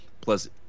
plus